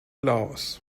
laos